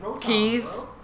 keys